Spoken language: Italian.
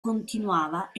continuava